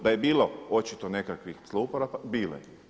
Da je bilo očito nekakvih zlouporaba bilo je.